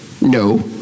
No